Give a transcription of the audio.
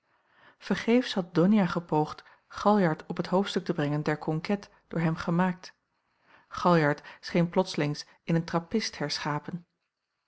vergeefs had donia gepoogd galjart op het hoofdstuk te brengen der conquêtes door hem gemaakt galjart scheen plotslings in een trappist herschapen